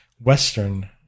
Western